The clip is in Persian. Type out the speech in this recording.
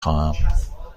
خواهم